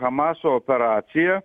hamaso operacija